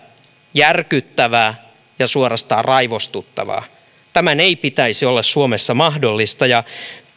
järkyttävää ja suorastaan raivostuttavaa tämän ei pitäisi olla suomessa mahdollista ja